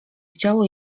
chciało